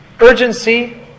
urgency